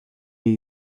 new